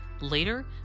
later